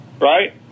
Right